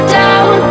down